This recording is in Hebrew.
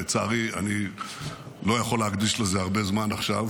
לצערי, אני לא יכול להקדיש לזה הרבה זמן עכשיו,